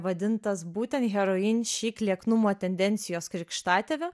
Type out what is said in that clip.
vadintas būtent heroin šik lieknumo tendencijos krikštatėviu